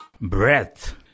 Breath